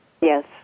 Yes